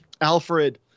Alfred